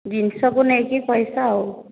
ଜିନିଷକୁ ନେଇକି ପଇସା ଆଉ